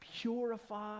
purify